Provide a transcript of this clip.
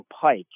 pike